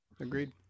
agreed